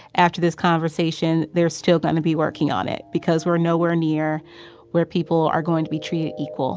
after this conversation, they're still going to be working on it because we're nowhere near where people are going to be treated equal